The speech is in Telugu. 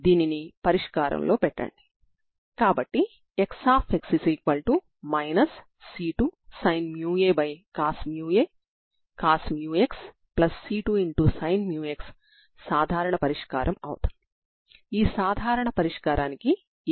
దీని నుండి మీరు Xxc1xc2ని పొందుతారు ఇది మీ సాధారణ పరిష్కారం అవుతుంది